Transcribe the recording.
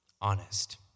Honest